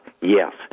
Yes